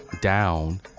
down